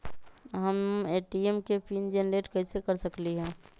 हम ए.टी.एम के pin generate कईसे कर सकली ह?